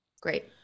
Great